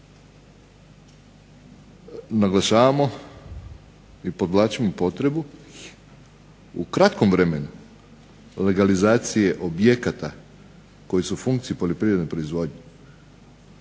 naglašavamo i podvlačimo potrebu u kratkom vremenu legalizacije objekata koji su u funkciji poljoprivredne proizvodnje.